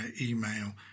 email